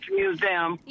museum